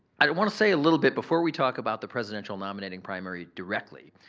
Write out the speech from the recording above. i wanna say a little bit before we talk about the presidential nominating primary directly.